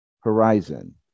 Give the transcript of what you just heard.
Horizon